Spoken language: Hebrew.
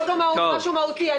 יש פה משהו מהותי.